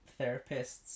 therapists